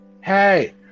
Hey